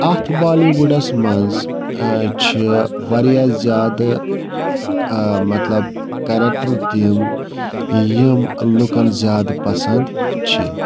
اَتھ بالی وُڈَس منٛز چھِ واریاہ زیادٕ مطلب کریکٹَر تِم یِم لُکَن زیادٕ پَسنٛد چھِ